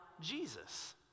Jesus